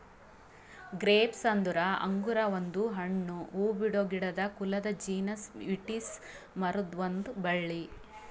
grapes ಅಂದುರ್ ಅಂಗುರ್ ಒಂದು ಹಣ್ಣು, ಹೂಬಿಡೋ ಗಿಡದ ಕುಲದ ಜೀನಸ್ ವಿಟಿಸ್ ಮರುದ್ ಒಂದ್ ಬಳ್ಳಿ